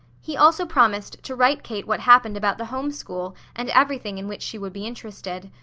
he also promised to write kate what happened about the home school and everything in which she would be interested.